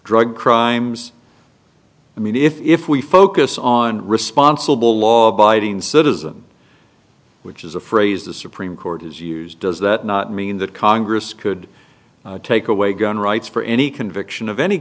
drug crimes i mean if we focus on responsible law abiding citizen which is a phrase the supreme court has used does that not mean that congress could take away gun rights for any conviction of any